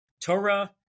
Torah